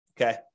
Okay